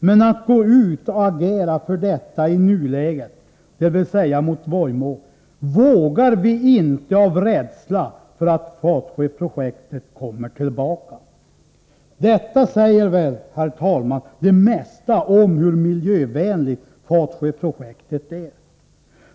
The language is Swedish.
Men att gå ut och agera för detta i nuläget, dvs mot Vojmå, vågar vi inte av rädsla för att Fatsjö-projektet kommer tillbaka.” Detta säger väl, herr talman, det mesta om hur miljövänligt Fatsjöprojektet är.